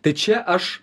tai čia aš